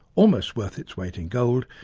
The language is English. almost worth its weight in gold,